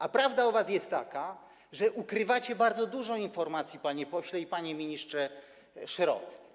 A prawda o was jest taka, że ukrywacie bardzo dużo informacji, panie pośle i panie ministrze Szrot.